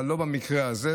אבל לא במקרה הזה.